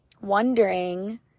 wondering